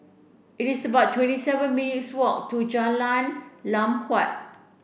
it's about twenty seven minutes' walk to Jalan Lam Huat